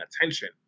attention